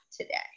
today